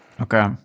Okay